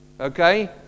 Okay